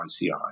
ICI